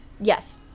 yes